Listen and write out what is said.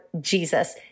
Jesus